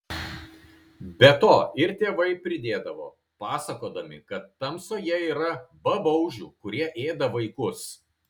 be to ir tėvai pridėdavo pasakodami kad tamsoje yra babaužių kurie ėda vaikus